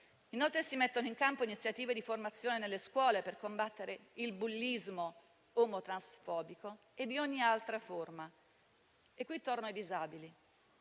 Inoltre, si mettono in campo iniziative di formazione nelle scuole per combattere il bullismo omotransfobico e di ogni altra forma. E qui torno ai disabili: